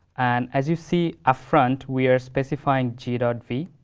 and as you see upfront, we are specifying gerald v.